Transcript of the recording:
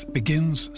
begins